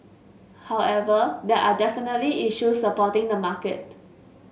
however there are definitely issues supporting the market